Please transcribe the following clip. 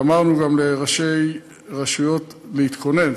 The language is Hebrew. ואמרנו גם לראשי רשויות להתכונן.